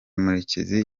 murekezi